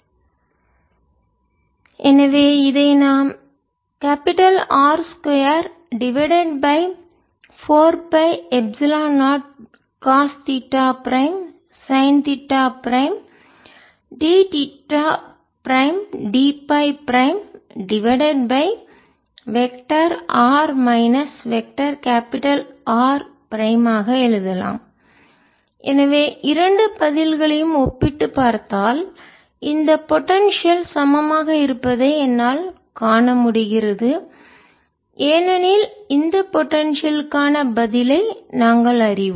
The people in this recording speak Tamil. Vr 14π0 r RR2sinddϕ 14π0 cosθr RR2sinddϕR24π0 cosθr Rsinddϕ r30 cosθ for r≤R R330 cosθr2 for r≥R எனவே இதை நாம் R 2 divided by 4 pi epsilon naught cos theta prime sine theta prime d theta prime d phi prime divided by vector r minus vector R prime ஆக எழுதலாம்எனவே இரண்டு பதில்களையும் ஒப்பிட்டுப் பார்த்தால் இந்த பொடென்சியல் சமமாக இருப்பதை என்னால் காண முடிகிறது ஏனெனில் இந்த பொடென்சியல் க்கான பதிலை நாங்கள் அறிவோம்